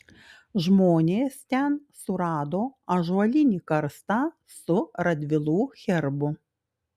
žmonės ten surado ąžuolinį karstą su radvilų herbu